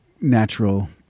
natural